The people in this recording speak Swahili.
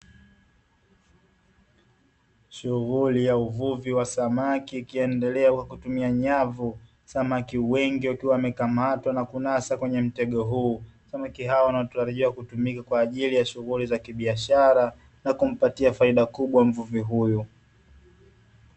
Shughuli ya ubuvi wa samaki ikiendelea kwa kutumia nyavu samaki wengi wakiwa wamekamatwa na kunasa kwenye mtego huu. Samaki wanatarajiwa kutumika kwaajili ya shughuli za kibiashara na kumpatia faida kubwa mvuvi huyu.